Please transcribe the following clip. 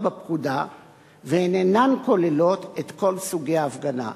בפקודה והן אינן כוללות את כל סוגי ההפגנה.